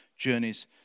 journeys